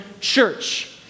church